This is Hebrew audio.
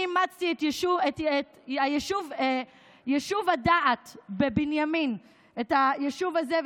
אני אימצתי את יישוב הדעת בבנימין, את היישוב הזה.